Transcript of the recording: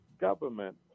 government